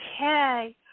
okay